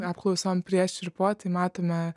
apklausom prieš ir po tai matome